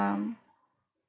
um